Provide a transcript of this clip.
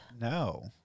No